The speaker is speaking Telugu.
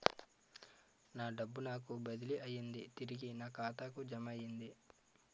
నా డబ్బు నాకు బదిలీ అయ్యింది తిరిగి నా ఖాతాకు జమయ్యింది